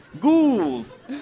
ghouls